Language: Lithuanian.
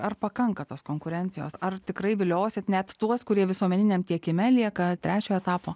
ar pakanka tos konkurencijos ar tikrai viliosit net tuos kurie visuomeniniam tiekime lieka trečio etapo